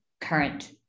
current